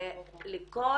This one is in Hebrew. ולכל